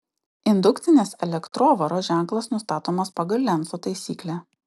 indukcinės elektrovaros ženklas nustatomas pagal lenco taisyklę